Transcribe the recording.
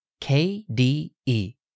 KDE